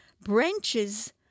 branches